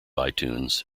itunes